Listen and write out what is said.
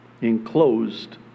enclosed